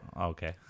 Okay